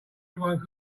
everyone